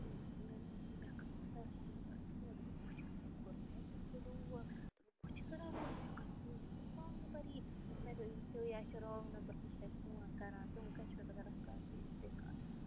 مےٚ اوس مےٚ کَران کُستام رانٛگ نمبر فون دوٚپُکھ کُس چھی کَران أمۍ کوٚر مےٚ تیُتھ روب دوٚپُن کُس چھِ کَران رانٛگ ژےٚ کہ ژےٚ کُس رانٛگ نمبر یی مےٚ دوٚپ أمِس ہیو یہِ ہا چھُ رانٛگ نمبر کُستام فون کَران تہٕ وۄںۍ کَتہِ چھِ مےٚ پتہ رٹھ کر ژٕ ییٚمِس سۭتۍ کَتھ